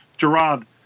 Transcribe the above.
Gerard